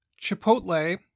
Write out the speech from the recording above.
Chipotle